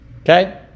Okay